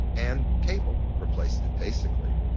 and cable replaced it, basically.